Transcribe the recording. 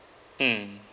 mm